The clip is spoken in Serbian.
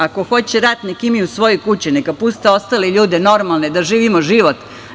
Ako hoće rat, neka idu u svoje kuće, neka puste ostale ljude, normalne, da živimo život.